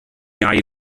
iau